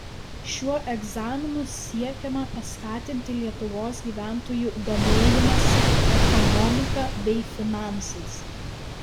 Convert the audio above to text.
šiuo egzaminu siekiama paskatinti lietuvos gyventojų domėjimąsi ekonomika bei finansais